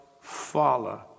follow